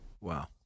Wow